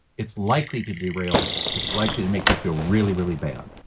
it's likely to derail you. it's likely to make you feel really, really bad.